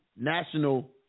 National